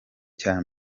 cya